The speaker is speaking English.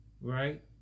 right